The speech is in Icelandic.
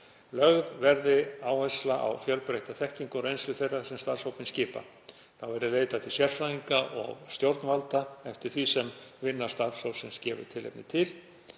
„Lögð verði áhersla á fjölbreytta þekkingu og reynslu þeirra sem starfshópinn skipa. Þá verði leitað til sérfræðinga og stjórnvalda eftir því sem vinna starfshópsins gefur tilefni